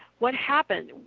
what happened?